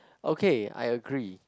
okay I agree